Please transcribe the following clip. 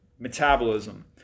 Metabolism